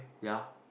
ya